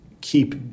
keep